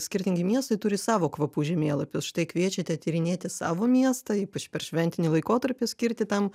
skirtingi miestai turi savo kvapų žemėlapius štai kviečiate tyrinėti savo miestą ypač per šventinį laikotarpį skirti tam